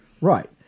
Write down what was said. Right